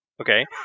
Okay